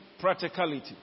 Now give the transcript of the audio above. practicality